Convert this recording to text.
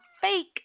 fake